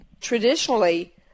traditionally